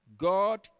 God